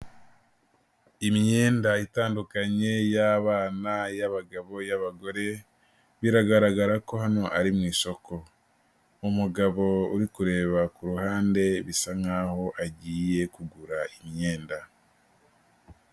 Imyenda itandukanye, iy'abana, iy'abagabo, iy'abagore, biragaragara ko hano ari mu isoko. Umugabo uri kureba ku ruhande bisa nk'aho agiye kugura imyenda.